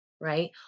right